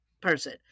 person